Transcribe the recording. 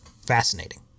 fascinating